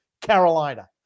Carolina